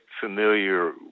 familiar